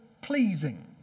pleasing